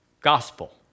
gospel